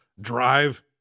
Drive